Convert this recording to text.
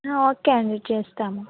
okay అండి చేస్తాము